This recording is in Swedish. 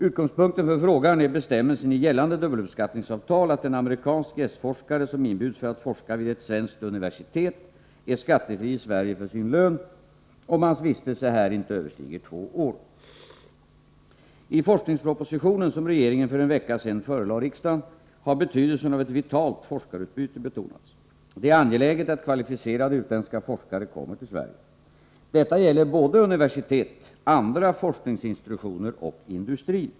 Utgångspunkten för frågan är bestämmelsen i gällande dubbelbeskattningsavtal att en amerikansk gästforskare som inbjuds för att forska vid ett svenskt universitet är skattefri i Sverige för sin lön om hans vistelse här inte överstiger två år. I den forskningsproposition som regeringen för en vecka sedan förelade riksdagen har betydelsen av ett vitalt forskarutbyte betonats. Det är angeläget att kvalificerade utländska forskare kommer till Sverige. Detta gäller såväl universitet och andra forskningsinstitutioner som industrin.